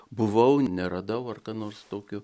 buvau neradau ar ką nors tokio